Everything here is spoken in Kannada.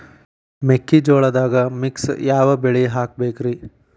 ಮೆಕ್ಕಿಜೋಳದಾಗಾ ಮಿಕ್ಸ್ ಯಾವ ಬೆಳಿ ಹಾಕಬೇಕ್ರಿ?